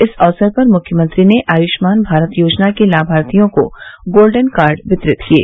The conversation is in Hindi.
इस अवसर पर मुख्यमंत्री ने आय्ष्मान भारत योजना के लाभार्थियों को गोल्डेन कार्ड वितरित किये